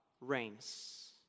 reigns